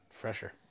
fresher